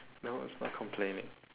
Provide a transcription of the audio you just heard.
no it's not complaining